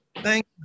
Thank